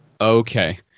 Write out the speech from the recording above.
Okay